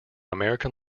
american